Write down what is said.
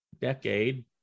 decade